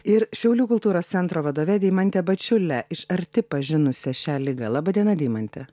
ir šiaulių kultūros centro vadove deimante bačiule iš arti pažinusia šią ligą laba diena deimante